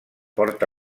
porta